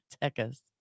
Texas